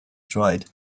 dried